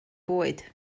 bwyd